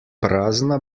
prazna